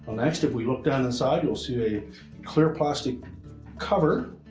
next, if we look down inside, you'll see a clear plastic cover.